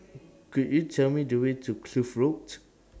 Could YOU Tell Me The Way to Kloof Road